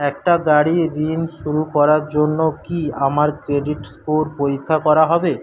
একটা গাড়ি ঋণ শুরু করার জন্য কি আমার ক্রেডিট স্কোর পরীক্ষা করা হবে